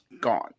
gone